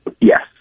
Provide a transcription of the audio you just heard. Yes